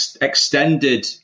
extended